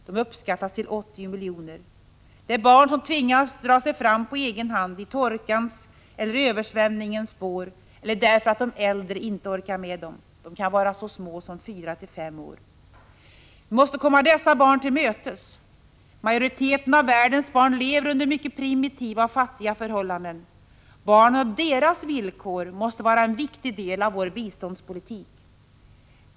De uppskattas till 80 miljoner. Det är barn som tvingas dra sig fram på egen hand —-i torkans eller översvämningens spår, eller därför att de äldre inte orkar med dem. De kan vara mycket små — fyra eller fem år. Vi måste komma dessa barn till mötes. Majoriteten av världens barn lever under mycket primitiva och fattiga förhållanden. Barnen och deras villkor måste vara en viktig del av vår biståndspolitik.